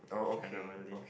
generally